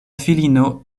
filino